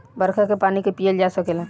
बरखा के पानी के पिअल जा सकेला